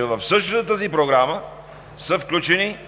в същата тази програма са включени